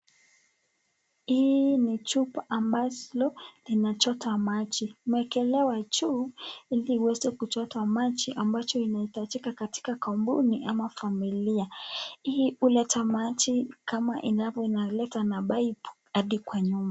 Hii ni chupa ambayo inachota maji. Imewekelewa juu ili iweze kuchota maji ambacho inahitajika katika kampuni ama familia. Hii huleta maji kama inavyo inaleta na pipe hadi kwa nyumba.